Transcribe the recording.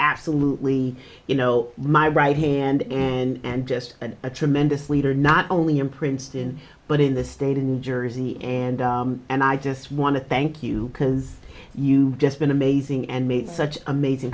absolutely you know my right hand and just had a tremendous leader not only in princeton but in the state of new jersey and and i just want to thank you because you just been amazing and made such amazing